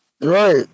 Right